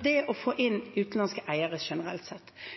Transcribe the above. Det å få inn utenlandske eiere av skogen generelt sett kan bidra til at man får mer kapital inn